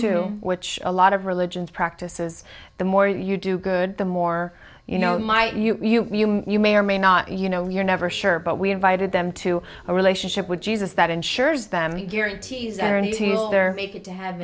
to which a lot of religions practices the more you do good the more you know might you you may or may not you know you're never sure but we invited them to a relationship with jesus that ensures them guarantees irony to make it to have